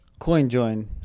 Coinjoin